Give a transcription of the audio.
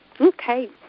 Okay